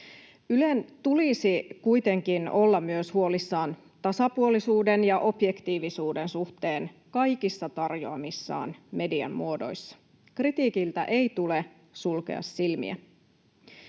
Ylen tulisi kuitenkin olla myös huolissaan tasapuolisuuden ja objektiivisuuden suhteen kaikissa tarjoamissaan median muodoissa. Kritiikiltä ei tule sulkea silmiä.